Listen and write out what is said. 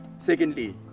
Secondly